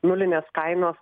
nulinės kainos